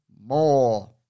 more